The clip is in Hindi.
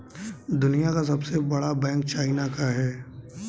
दुनिया का सबसे बड़ा बैंक चाइना का है